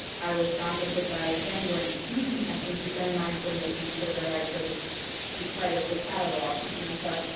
i was contacted by penguin asking to send my information so that i could be part of a catalog, and i thought,